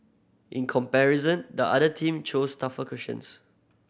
in comparison the other team chose tougher questions